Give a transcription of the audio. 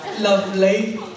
Lovely